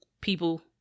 people